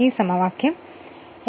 ഈ സമവാക്യം f ൽ നിന്ന് എഴുതുക